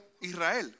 Israel